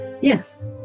Yes